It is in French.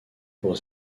pour